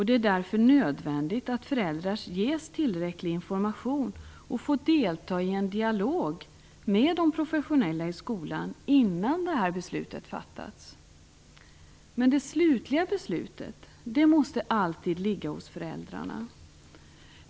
Det är därför nödvändigt att föräldrar ges tillräcklig information och får delta i en dialog med de professionella i skolan innan detta beslut fattas. Det slutgiltiga beslutet måste alltid fattas av föräldrarna.